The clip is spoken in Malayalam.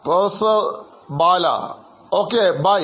പ്രൊഫസർബാലOk